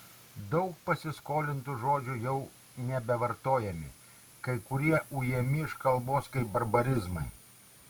daug pasiskolintų žodžių jau nebevartojami kai kurie ujami iš kalbos kaip barbarizmai